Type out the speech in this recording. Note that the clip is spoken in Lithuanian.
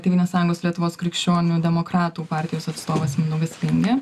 tėvynės sąjungos lietuvos krikščionių demokratų partijos atstovas mindaugas lingė